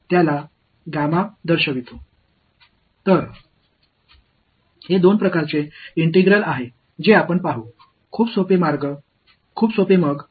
எனவே நாம் பார்த்த இந்த இரண்டு வகையான இன்டெக்ரால்ஸ்களும் மிகவும் எளிமையானது